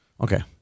Okay